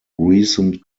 recent